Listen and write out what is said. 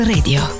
Radio